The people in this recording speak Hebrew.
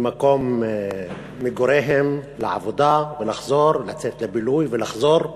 ממקום מגוריהם לעבודה ולחזור, לצאת לבילוי ולחזור,